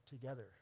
together